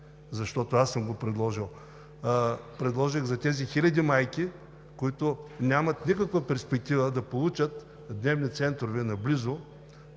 защото аз съм го предложил. Предложих за тези хиляди майки, които нямат никаква перспектива да получат дневни центрове наблизо,